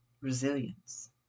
resilience